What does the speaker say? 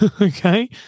Okay